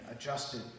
adjusted